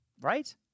Right